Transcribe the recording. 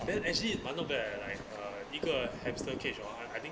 then actually but not bad right like uh 一个 hamster cage or an~